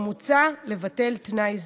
ומוצע לבטל תנאי זה.